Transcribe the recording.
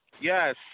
Yes